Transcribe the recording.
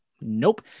Nope